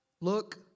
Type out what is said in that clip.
Look